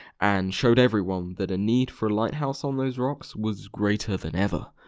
and showed everyone that a need for lighthouse on those rocks was greater than ever.